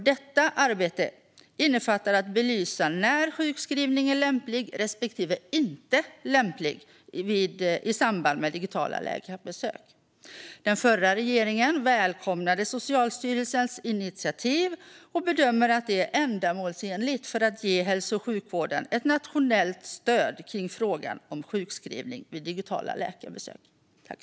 Detta arbete innefattar att belysa när sjukskrivning är lämplig respektive inte lämplig i samband med digitala läkarbesök. Den förra regeringen välkomnade Socialstyrelsens initiativ och bedömer att det är ändamålsenligt för att ge hälso och sjukvården ett nationellt stöd i frågan om sjukskrivning vid digitala läkarbesök.